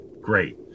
Great